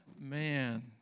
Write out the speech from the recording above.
man